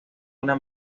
una